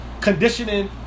conditioning